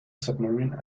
submarine